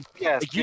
yes